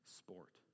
sport